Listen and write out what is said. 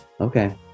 okay